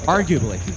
Arguably